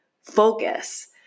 focus